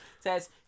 says